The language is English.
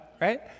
Right